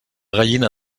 gallina